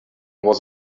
was